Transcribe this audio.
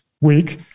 week